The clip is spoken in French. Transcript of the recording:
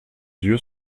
yeux